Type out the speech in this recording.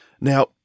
Now